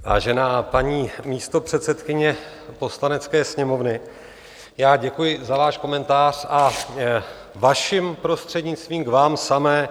Vážená paní místopředsedkyně Poslanecké sněmovny, já děkuji za váš komentář a vaším prostřednictvím k vám samé.